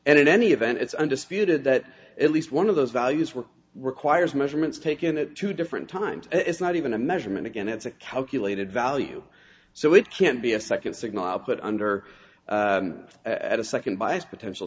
and in any event it's undisputed that at least one of those values work requires measurements taken at two different times it's not even a measurement again it's a calculated value so it can't be a second signal put under it at a second by potential